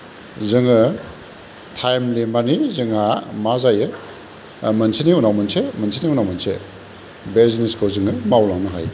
जोङो थायमलि माने जोंहा मा जायो मोनसेनि उनाव मोनसे मोनसेनि उनाव मोनसे बे जिनिसखौ जोङो मावलांनो हायो